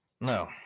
no